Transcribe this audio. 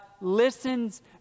listens